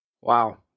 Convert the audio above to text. Wow